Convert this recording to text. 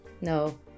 No